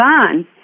on